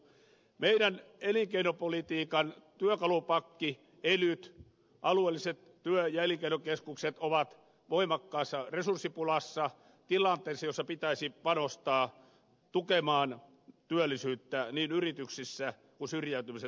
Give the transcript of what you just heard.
meidän elinkeinopolitiikkamme työkalupakki elyt alueelliset työ ja elinkeinokeskukset ovat voimakkaassa resurssipulassa tilanteessa jossa pitäisi panostaa tukemaan työllisyyttä niin yrityksissä kuin syrjäytymisen torjunnassa